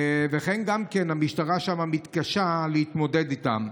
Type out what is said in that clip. וגם שם המשטרה מתקשה להתמודד איתם.